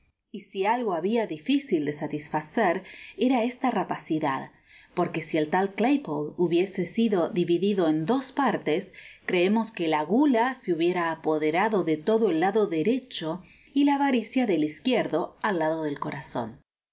y si algo tabia dificil de satisfacer era esta rapacidad porque si el tal claypole hubiese sido dividido en dos partes creemos que la gula se hubiera apoderado de todo el lado derecho y la avaricia del izquierdo al lado del corazon